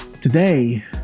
Today